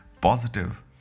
positive